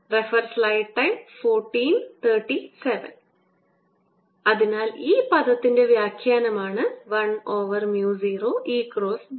dS അതിനാൽ ഈ പദത്തിന്റെ വ്യാഖ്യാനമാണ് 1 over mu 0 E cross B